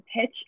pitch